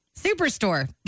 Superstore